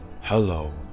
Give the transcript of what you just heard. Hello